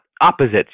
opposites